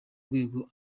rwego